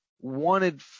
wanted